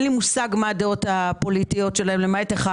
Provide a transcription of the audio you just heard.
אין לי מושג מה דעותיהם הפוליטיות למעט אחד